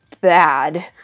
bad